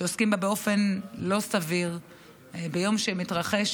שעוסקים בה באופן לא סביר ביום שמתרחש